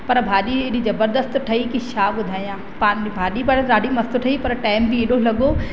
पर भाॼी एॾी ज़बरदस्तु ठही वई की छा ॿुधायां पा भाॼी ॾाढी मस्तु ठही पर टाइम बि एॾो लॻो